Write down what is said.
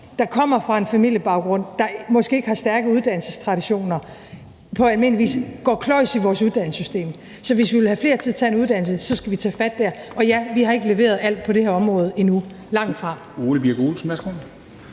der kommer fra en familiebaggrund, der måske ikke har stærke uddannelsestraditioner, almindeligvis kløjes i vores uddannelsessystem. Så hvis vi vil have flere til at tage en uddannelse, skal vi tage fat der. Og ja, vi har ikke leveret alt på det her område endnu, langtfra. Kl.